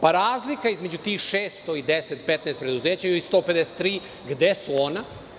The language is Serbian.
Pa, razlika između tih 600 i 10, 15 preduzeća ili 153, gde su ona?